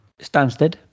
Stansted